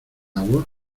agua